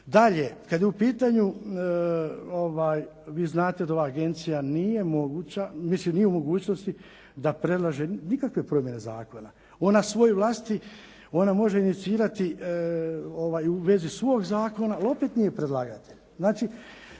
Dalje, kad je u pitanju vi znate da ova agencija nije u mogućnosti da predlaže nikakve promjene zakona, ona svoj vlastiti, ona može inicirati u vezi svog zakona ali opet nije predlagatelj.